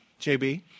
JB